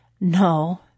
No